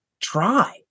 try